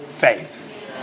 faith